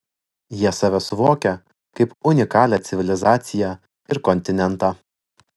jie save suvokia kaip unikalią civilizaciją ir kontinentą